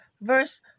verse